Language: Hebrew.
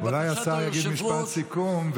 אולי השר יגיד משפט סיכום,